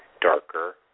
darker